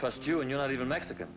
trust you and you're not even mexican